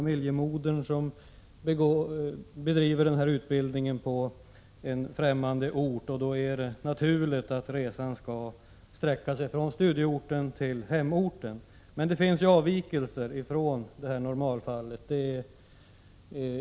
modern som bedriver utbildningen på en främmande ort, och då har det fallit sig naturligt att man angett att resan skall sträcka sig från studieorten till hemorten. Men det finns naturligtvis avvikelser från normalfallet.